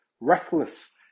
reckless